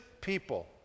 people